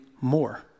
more